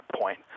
point